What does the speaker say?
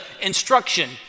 instruction